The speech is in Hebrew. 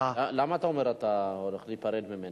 למה אתה אומר שהוא הולך להיפרד ממנה?